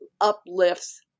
uplifts